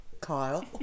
Kyle